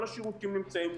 כל השירותים נמצאים,